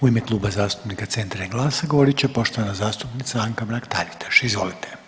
U ime Kluba zastupnika CENTRA i GLAS-a govorit će poštovana zastupnica Anka Mrak-Taritaš, izvolite.